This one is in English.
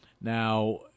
now